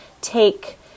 take